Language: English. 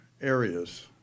areas